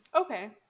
Okay